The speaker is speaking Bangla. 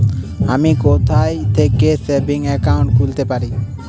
আমি কোথায় থেকে সেভিংস একাউন্ট খুলতে পারবো?